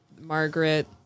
Margaret